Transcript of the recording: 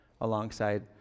alongside